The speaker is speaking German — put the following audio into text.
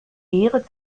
ehre